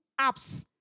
apps